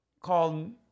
called